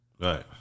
Right